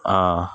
ఆ